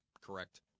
Correct